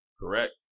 Correct